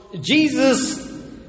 Jesus